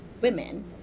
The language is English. women